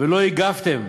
ולא הגבתם,